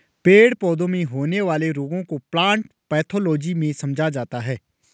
पेड़ पौधों में होने वाले रोगों को प्लांट पैथोलॉजी में समझा जाता है